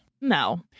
No